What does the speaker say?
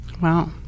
Wow